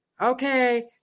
Okay